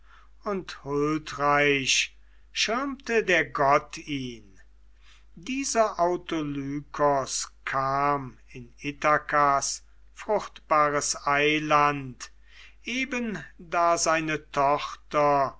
und huldreich schirmte der gott ihn dieser autolykos kam in ithakas fruchtbares eiland eben da seine tochter